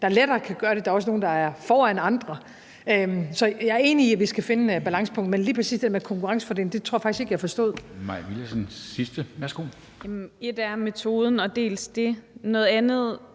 der lettere kan gøre det. Der er også nogle, der er foran andre. Så jeg er enig i, at vi skal finde et balancepunkt, men lige præcis det der med konkurrencefordelen tror jeg faktisk ikke jeg forstod. Kl. 13:33 Formanden (Henrik Dam Kristensen): Mai Villadsen for det